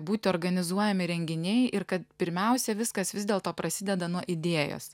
būti organizuojami renginiai ir kad pirmiausia viskas vis dėlto prasideda nuo idėjos